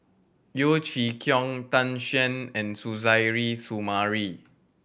Yeo Chee Kiong Tan Shen and Suzairhe Sumari